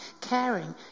caring